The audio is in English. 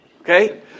Okay